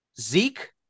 Zeke